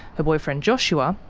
her boyfriend joshua,